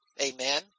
Amen